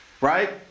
right